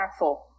impactful